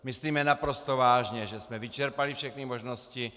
Myslíme naprosto vážně, že jsme vyčerpali všechny možnosti.